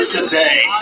today